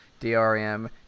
DRM